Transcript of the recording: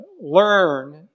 learn